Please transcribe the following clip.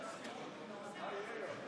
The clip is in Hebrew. מתנגדים,